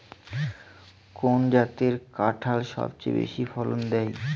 কোন জাতের কাঁঠাল সবচেয়ে বেশি ফলন দেয়?